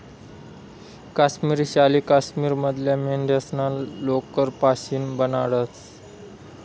काश्मिरी शाली काश्मीर मधल्या मेंढ्यास्ना लोकर पाशीन बनाडतंस